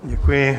Děkuji.